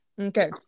okay